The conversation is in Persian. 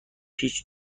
هیچ